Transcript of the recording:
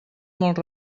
molt